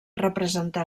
representar